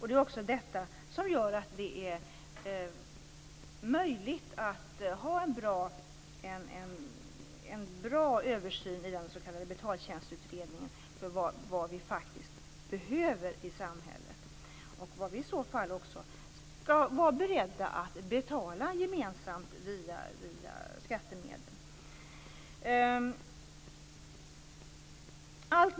Det är också detta som gör att det är möjligt att ha en bra översyn i den s.k. Betaltjänstutredningen för vad vi faktiskt behöver i samhället och vad vi i så fall skall vara beredda att betala gemensamt via skattemedel.